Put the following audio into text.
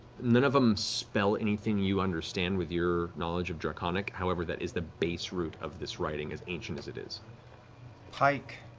none of them spell anything you understand with your knowledge of draconic, however that is the base root of this writing, as ancient as it is. liam pike?